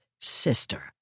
sister